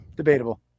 Debatable